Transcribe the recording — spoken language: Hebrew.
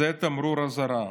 זה תמרור אזהרה.